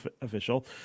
official